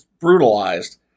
brutalized